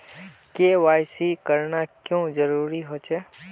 KYC करना क्याँ जरुरी होचे?